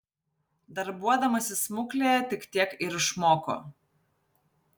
darbuodamasi smuklėje tik tiek ir išmoko